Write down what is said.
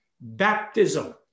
Baptism